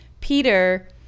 Peter